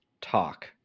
talk